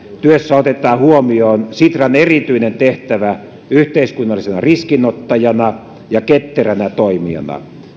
työssä otetaan huomioon sitran erityinen tehtävä yhteiskunnallisena riskinottajana ja ketteränä toimijana